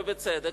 ובצדק,